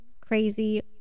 crazy